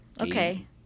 Okay